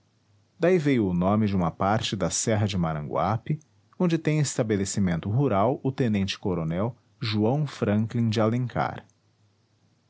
daí veio o nome de uma parte da serra de maranguape onde tem estabelecimento rural o tenente-coronel joão franklin de alencar